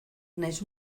nahiz